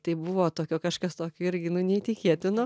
tai buvo tokio kažkas tokio irgi nu neįtikėtino